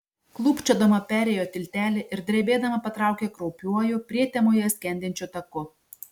klūpčiodama perėjo tiltelį ir drebėdama patraukė kraupiuoju prietemoje skendinčiu taku